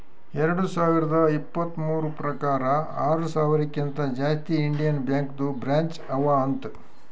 ಎರಡು ಸಾವಿರದ ಇಪ್ಪತುರ್ ಪ್ರಕಾರ್ ಆರ ಸಾವಿರಕಿಂತಾ ಜಾಸ್ತಿ ಇಂಡಿಯನ್ ಬ್ಯಾಂಕ್ದು ಬ್ರ್ಯಾಂಚ್ ಅವಾ ಅಂತ್